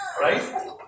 Right